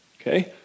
Okay